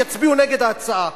הם יצביעו נגד ההצעה.